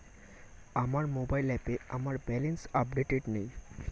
আমার মোবাইল অ্যাপে আমার ব্যালেন্স আপডেটেড নেই